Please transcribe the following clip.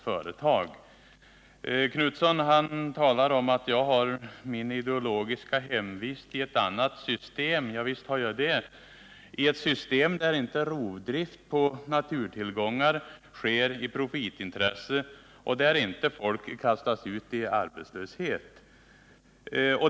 Göthe Knutson talar om att jag har min ideologiska hemvist i ett annat system. Ja, visst har jag det — i ett system där inte rovdrift på naturtillgångar sker i profitintresse och där folk inte kastas ut i arbetslöshet.